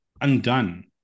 undone